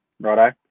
Righto